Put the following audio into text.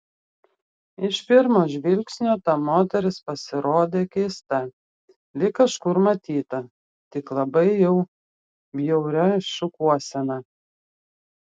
iš pirmo žvilgsnio ta moteris pasirodė keista lyg kažkur matyta tik labai jau bjauria šukuosena